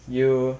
you